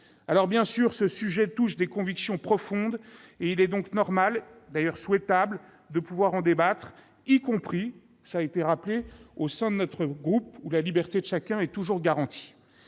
Bien sûr, ce sujet touche des convictions profondes. Il est donc normal et souhaitable de pouvoir en débattre, y compris au sein de notre groupe, où la liberté de chacun est toujours garantie.